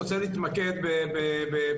אני רוצה להתמקד בארבע,